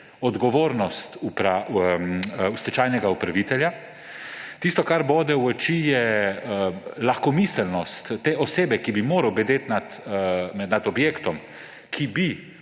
odgovornost stečajnega upravitelja. Tisto, kar bode v oči, je lahkomiselnost osebe, ki bi morala bdeti nad objektom, ki bi